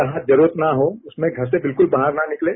जहां जरूरत न हो उसमें घर से विल्कुल वाहर न निकलें